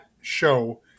show